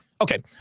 Okay